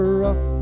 rough